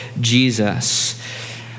Jesus